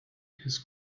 his